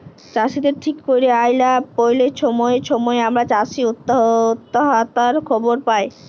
চাষীদের ঠিক ক্যইরে আয় লা প্যাইলে ছময়ে ছময়ে আমরা চাষী অত্যহত্যার খবর পায়